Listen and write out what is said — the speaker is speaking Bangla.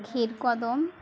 ক্ষীর কদম